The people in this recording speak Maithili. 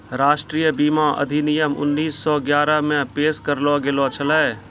राष्ट्रीय बीमा अधिनियम उन्नीस सौ ग्यारहे मे पेश करलो गेलो छलै